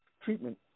treatment